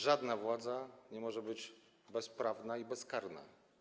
Żadna władza nie może być bezprawna i bezkarna.